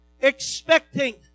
expecting